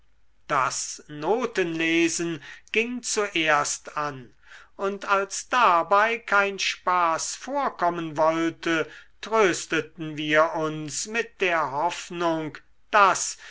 das notenlesen ging zuerst an und als dabei kein spaß vorkommen wollte trösteten wir uns mit der hoffnung daß